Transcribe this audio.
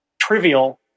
trivial